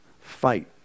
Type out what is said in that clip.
Fight